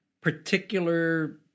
particular